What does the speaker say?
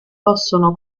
possono